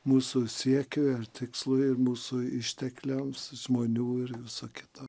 mūsų siekiui ar tikslui ir mūsų ištekliam žmonių ir viso kito